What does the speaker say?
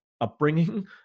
upbringing